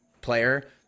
player